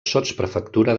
sotsprefectura